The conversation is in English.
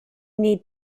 need